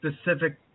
specific